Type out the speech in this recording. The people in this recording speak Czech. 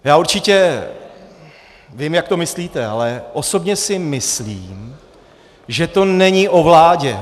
Já určitě vím, jak to myslíte, ale osobně si myslím, že to není o vládě.